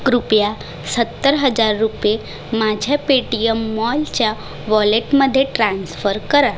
कृपया सत्तर हजार रुपये माझ्या पेटीयम मॉलच्या वॉलेटमध्ये ट्रान्स्फर करा